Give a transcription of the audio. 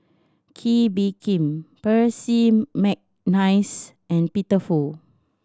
Kee Bee Khim Percy McNeice and Peter Fu